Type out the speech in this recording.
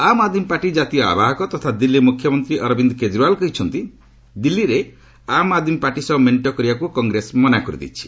ଆମ୍ Aadmi Party କାତୀୟ ଆବାହକ ତଥା ଦିଲ୍ଲୀ ମୁଖ୍ୟମନ୍ତ୍ରୀ ଅରବିନ୍ଦ କେଜରିଓ୍ୱାଲ କହିଛନ୍ତି ଦିଲ୍ଲୀରେ ଆମ୍ ଆଦ୍ମୀ ପାର୍ଟି ସହ ମେଣ୍ଟ କରିବାକୁ କଂଗ୍ରେସ ମନା କରିଦେଇଛି